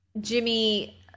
Jimmy